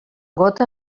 gota